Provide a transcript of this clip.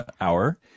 hour